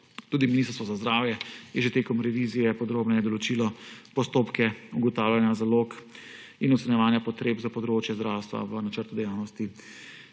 Tudi Ministrstvo za zdravje je že tekom revizije podrobneje določilo postopke ugotavljanja zalog in ocenjevanja potreb za področje zdravstva v načrtu dejavnosti